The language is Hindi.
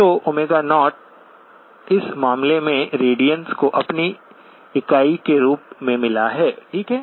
तो 0 इस मामले में रेडियंस को अपनी इकाई के रूप में मिला है ठीक है